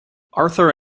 arthur